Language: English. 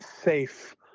safe